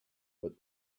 but